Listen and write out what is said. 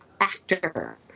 actor